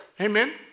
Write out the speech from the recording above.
Amen